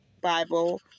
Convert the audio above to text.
Bible